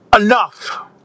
enough